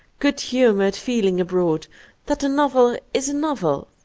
good-humored feeling abroad that a novel is a novel,